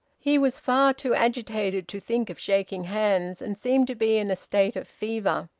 he was far too agitated to think of shaking hands, and seemed to be in a state of fever.